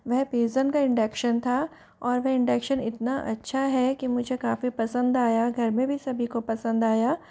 वह पीसन का इंडक्शन इतना अच्छा है कि मुझे काफ़ी पसंद आया घर में भी सभी को पसंद आया